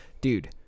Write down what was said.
dude